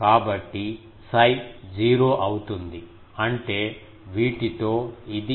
కాబట్టి 𝜓 0 అవుతుంది అంటే వీటితో ఇది 𝜓